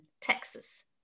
Texas